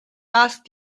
asked